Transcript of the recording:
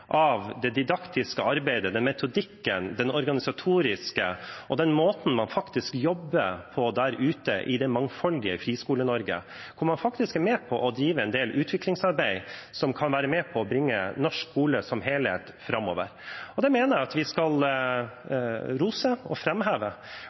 av det didaktiske arbeidet, metodikken, det organisatoriske og måten man faktisk jobber på der ute i det mangfoldige Friskole-Norge. Man er faktisk med på å drive en del utviklingsarbeid som kan være med på å bringe norsk skole som helhet framover. Det mener jeg vi skal rose og framheve, for det er nettopp dette mangfoldet som gjør at vi